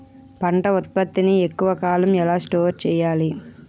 పంట ఉత్పత్తి ని ఎక్కువ కాలం ఎలా స్టోర్ చేయాలి?